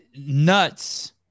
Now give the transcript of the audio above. Nuts